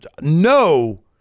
no